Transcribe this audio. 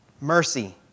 Mercy